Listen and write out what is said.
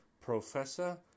Professor